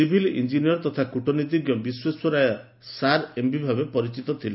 civil engineer ତଥା କୁଟନୀତିଜ୍ଞ Visvesvaraya sir MV ଭାବେ ପରିଚିତ ଥିଲେ